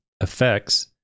effects